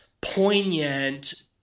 poignant